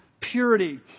purity